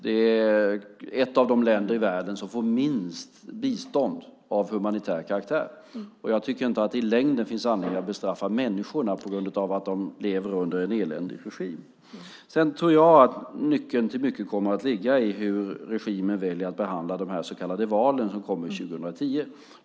Det är ett av de länder i världen som får minst bistånd av humanitär karaktär, och jag tycker inte att det i längden finns anledning att bestraffa människorna på grund av att de lever under en eländig regim. Jag tror att nyckeln till mycket kommer att ligga i hur regimen väljer att behandla de så kallade valen som ska äga rum 2010.